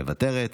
מוותרת,